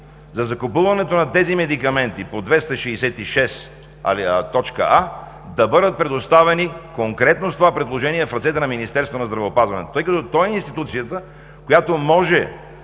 за закупуването на тези медикаменти по чл. 266а да бъдат предоставени конкретно с това предложение в ръцете на Министерството на здравеопазването, тъй като то е институцията, която може